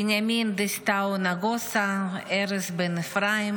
בנימין דסטאו נגוסה וארז בן אפרים,